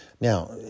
Now